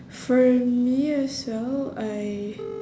for me as well I